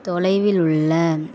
தொலைவில் உள்ள